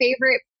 favorite